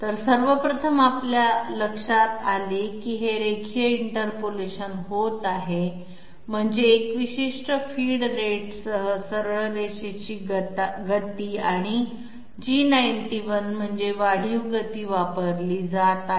तर सर्वप्रथम आपल्या लक्षात आले की हे लीनियर इंटरपोलेशन होत आहे म्हणजे एका विशिष्ट फीड रेटसह सरळ रेषेची गती आणि G91 म्हणजे वाढीव गती वापरली जात आहे